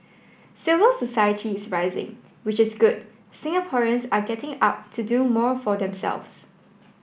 civil society is rising which is good Singaporeans are getting up to do more for themselves